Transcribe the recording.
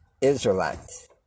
Israelites